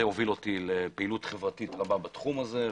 זה הוביל אותי לפעילות חברתית רבה בתחום הזה,